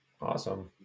awesome